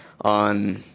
on